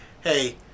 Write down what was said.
hey